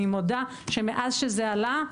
אני מודה שמאז שזה עלה,